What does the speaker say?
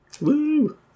Woo